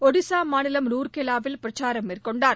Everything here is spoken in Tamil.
ஒடிசா மாநிலம் ரூர் கேலா வில் பிரச்சாரம் மேற்கொண்டார்